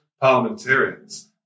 parliamentarians